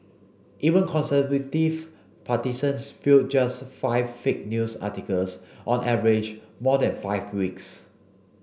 even conservative partisans viewed just five fake news articles on average more than five weeks